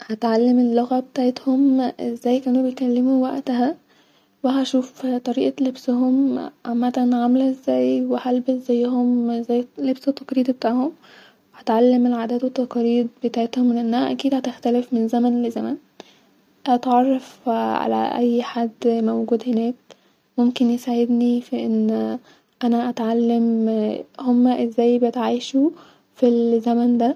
هتعلم اللغه بتاعتهم-ازي كانو بيتكلمو واقتها-وهشوف طريقه لبسهم-واقتها كانت عامله ازاي-وهلبس زي-هم زي اللبس التقليدي بتاعهم-وهتعلم العادات والتقاليد بتاعتهم لانها اكيد هتختلف من زمن لزمن-اتعرف علي اي حد-موجود هناك-ممكن ياسعدني في اني-انا اتعلم هما-ازاي بيتعيشو-فالزمن دا